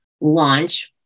launch